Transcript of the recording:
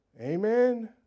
Amen